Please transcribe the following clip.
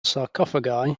sarcophagi